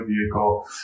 vehicle